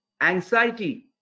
anxiety